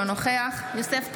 אינו נוכח יוסף טייב,